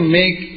make